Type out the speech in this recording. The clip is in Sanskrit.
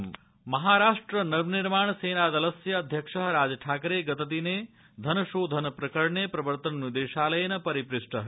ई डी राजठाकरे महाराष्ट्रनवनिर्माणसेनादलस्य अध्यक्षः राजठाकरे गतदिने धनशोधन प्रकरणे प्रवर्तननिदेशालयेन परिपृष्टः